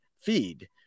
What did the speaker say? feed